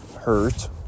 hurt